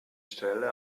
stelle